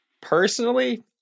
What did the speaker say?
Personally